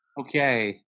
Okay